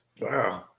Wow